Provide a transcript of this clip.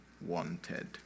wanted